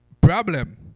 problem